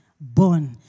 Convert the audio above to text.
born